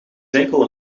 enkel